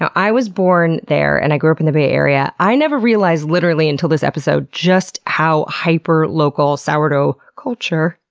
i was born there and i grew up in the bay area and i never realized literally until this episode just how hyperlocal sourdough culture,